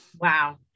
wow